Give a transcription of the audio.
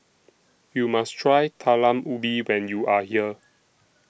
YOU must Try Talam Ubi when YOU Are here